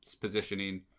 positioning